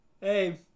hey